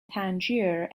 tangier